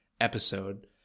episode